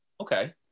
Okay